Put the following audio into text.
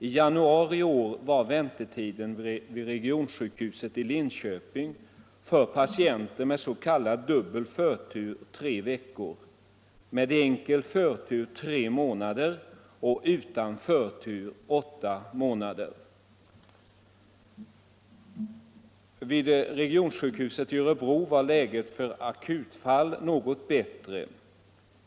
I januari i år var väntetiden vid regionsjukhuset i Linköping för patienter med s.k. dubbel förtur tre veckor, med enkel förtur tre månader och utan förtur åtta månader. Vid regionsjukhuset i Örebro var läget för akutfall något bättre.